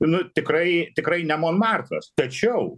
nu tikrai tikrai ne monmartras tačiau